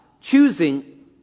choosing